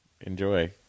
Enjoy